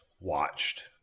watched